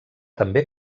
també